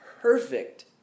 perfect